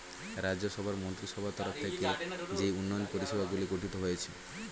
রাজ্য সভার মন্ত্রীসভার তরফ থেকে যেই উন্নয়ন পরিষেবাগুলি গঠিত হয়েছে